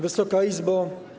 Wysoka Izbo!